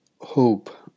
hope